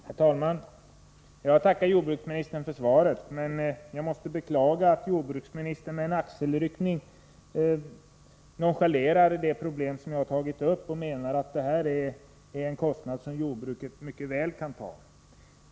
Om djursjukvårds Herr talman! Jag tackar jordbruksministern för svaret på min fråga, men avgifterna jag måste beklaga att jordbruksministern med en axelryckning går förbi det problem som jag har tagit upp och menar att det gäller en kostnad som jordbrukarna mycket väl kan ta.